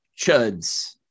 Chuds